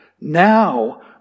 Now